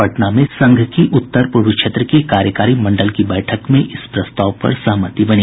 पटना में संघ की उत्तर पूर्व क्षेत्र की कार्यकारी मंडल की बैठक में इस प्रस्ताव पर सहमति बनी